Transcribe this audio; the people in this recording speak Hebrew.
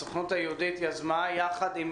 הסוכנות היהודית יזמה יחד עם